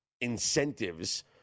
incentives